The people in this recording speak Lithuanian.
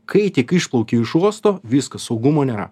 kai tik išplauki iš uosto viskas saugumo nėra